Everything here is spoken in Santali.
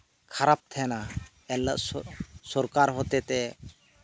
ᱠᱷᱟᱨᱟᱯ ᱛᱟᱸᱦᱮᱱᱟ ᱤᱱ ᱦᱤᱞᱳᱜ ᱥᱚᱨᱠᱟᱨ ᱦᱚᱛᱮᱛᱮ